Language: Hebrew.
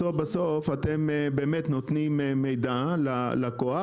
בסוף בסוף אתם באמת נותנים מידע ללקוח